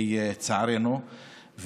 לצערנו,